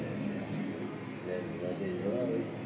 then they all say ya lor